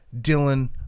Dylan